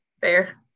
Fair